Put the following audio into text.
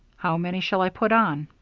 how many shall i put on?